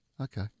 Okay